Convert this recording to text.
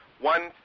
one